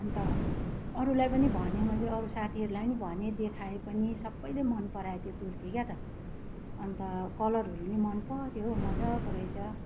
अन्त अरूलाई पनि भने मैले अरू साथीहरूलाई पनि भने देखाएँ पनि सबैले मन परायो त्यो कुर्ती क्या त अन्त कलरहरू नि मन पऱ्यो मजाको रहेछ